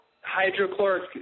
hydrochloric